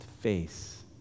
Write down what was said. face